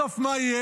בסוף מה יהיה?